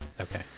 Okay